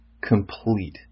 complete